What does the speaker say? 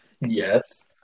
Yes